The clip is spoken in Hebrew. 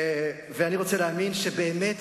אני רוצה להאמין שבאמת